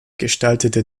gestaltete